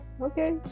Okay